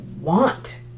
want